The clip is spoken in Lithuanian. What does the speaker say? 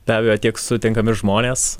be abejo tiek sutinkami žmonės